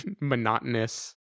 monotonous